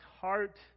heart